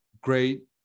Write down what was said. great